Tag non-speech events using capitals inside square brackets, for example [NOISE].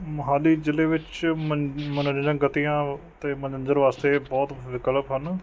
ਮੋਹਾਲੀ ਜ਼ਿਲ੍ਹੇ ਵਿੱਚ [UNINTELLIGIBLE] ਗਤੀਆਂ ਅਤੇ ਮਨੋਰੰਜਨ ਵਾਸਤੇ ਬਹੁਤ ਵਿਕਲਪ ਹਨ